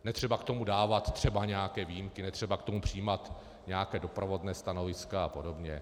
Netřeba k tomu dávat třeba nějaké výjimky, netřeba k tomu přijímat nějaká doprovodná stanoviska apod.